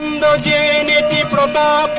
da da and da